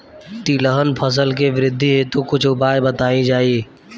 तिलहन फसल के वृद्धी हेतु कुछ उपाय बताई जाई?